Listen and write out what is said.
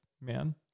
man